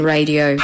Radio